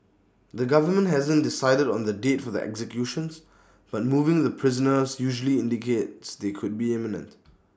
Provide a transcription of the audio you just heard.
the government hasn't decided on the date for the executions but moving the prisoners usually indicates they could be imminent